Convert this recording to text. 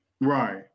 right